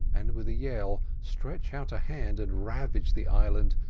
and with a yell stretch out a hand and ravage the island,